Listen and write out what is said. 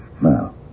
Now